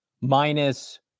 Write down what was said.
minus